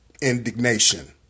indignation